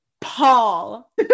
Paul